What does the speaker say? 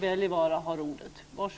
Tack!